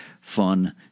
fun